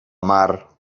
mar